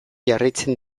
jarraitzen